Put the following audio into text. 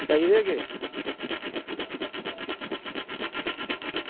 सेई गेदे के